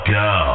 go